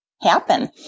happen